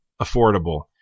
affordable